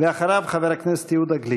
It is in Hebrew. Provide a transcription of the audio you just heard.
אחריו, חבר הכנסת יהודה גליק.